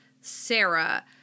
Sarah